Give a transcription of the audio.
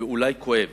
ואולי כואבת,